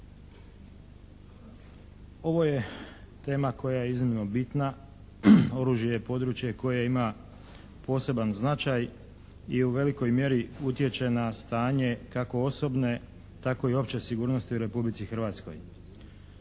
Ovo je tema koja je iznimno bitna. Oružje je područje koje ima poseban značaj i u velikoj mjeri utječe na stanje kako osobne tako i opće sigurnosti u Republici Hrvatskoj.